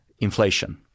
inflation